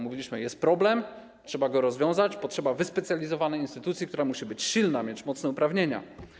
Mówiliśmy: jest problem, trzeba go rozwiązać, potrzeba wyspecjalizowanej instytucji, która musi być silna, mieć mocne uprawnienia.